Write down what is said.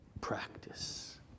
practice